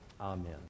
amen